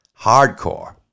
hardcore